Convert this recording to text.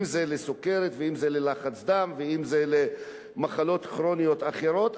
אם לסוכרת ואם ללחץ דם ולמחלות כרוניות אחרות,